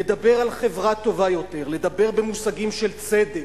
לדבר על חברה טובה יותר, לדבר במושגים של צדק,